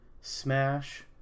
Smash